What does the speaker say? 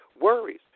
worries